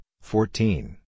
fourteen